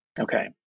Okay